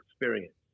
experience